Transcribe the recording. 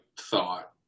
thought